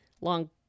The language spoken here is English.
long